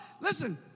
Listen